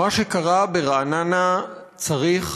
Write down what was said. מה שקרה ברעננה צריך